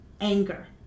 Anger